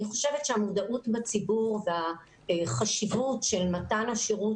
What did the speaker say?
אני חושבת שהמודעות בציבור בחשיבות של מתן השירות